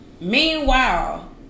Meanwhile